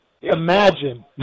imagine